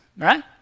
Right